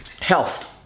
health